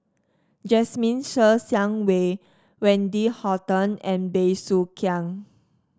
Jasmine Ser Xiang Wei Wendy Hutton and Bey Soo Khiang